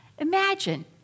Imagine